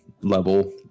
level